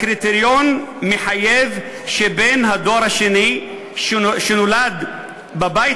הקריטריון מחייב שבן הדור השני שנולד בבית